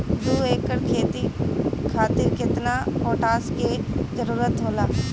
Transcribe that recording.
दु एकड़ खेती खातिर केतना पोटाश के जरूरी होला?